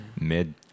mid